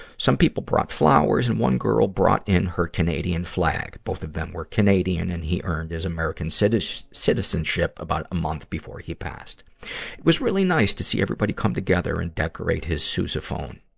some people brought flowers and one girl brought in her canadian flag. both of them were canadian and he earned his american citizenship citizenship about a month before he passed. it was really nice to see everybody come together and decorate his sousaphone.